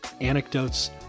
anecdotes